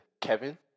Kevin